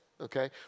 okay